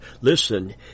Listen